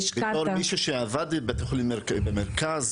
בתור מישהו שעבד בבית חולים במרכז